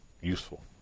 useful